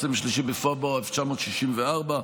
23 בפברואר 1964,